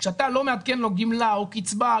כשאתה לא מעדכן לו גמלה וקצבה,